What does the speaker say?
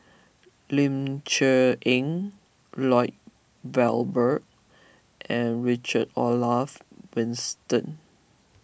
Ling Cher Eng Lloyd Valberg and Richard Olaf Winsten